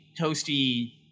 toasty